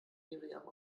miriam